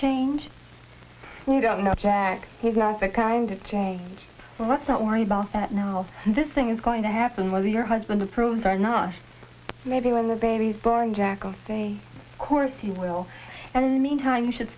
change and you don't know jack he's not the kind of change let's not worry about that now this thing is going to happen while your husband approves or not maybe when the baby's born jackal say course you will and meantime you should